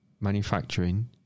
manufacturing